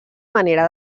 manera